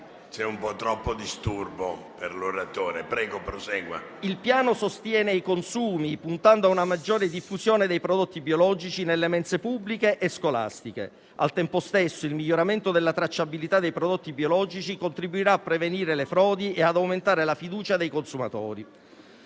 Il Piano sostiene i consumi, puntando a una maggiore diffusione dei prodotti biologici nelle mense pubbliche e scolastiche. Al tempo stesso, il miglioramento della tracciabilità dei prodotti biologici contribuirà a prevenire le frodi e aumentare la fiducia dei consumatori.